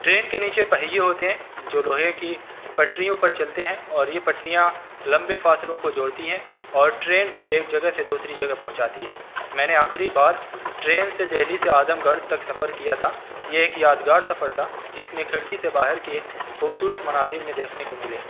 train کے نیچے پہیے ہوتے ہیں جو لوہے کی پٹریوں پر چلتے ہیں اور یہ پٹریاں لمبے فاصلوں کو جوڑتی ہیں اور ٹرین کو ایک جگہ سے دوسری جگہ پہنچاتی ہے میں نے آخری بار ٹرین سے دہلی سے اعظم گڑھ تک سفر کیا تھا یہ ایک یادگار سفر تھا جس میں کھڑکی سے باہر کے خوبصورت مناظر بھی دیکھنے کو ملے